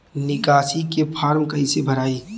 निकासी के फार्म कईसे भराई?